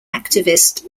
activist